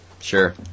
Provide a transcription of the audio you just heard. Sure